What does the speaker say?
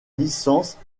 licence